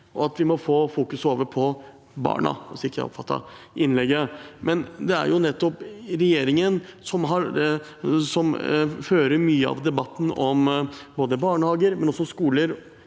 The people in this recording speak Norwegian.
og at vi må få fokuset over på barna, slik jeg oppfattet innlegget. Men det er jo nettopp regjeringen som fører mye av debatten om barnehager, og også skoler,